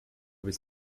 was